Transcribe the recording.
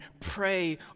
pray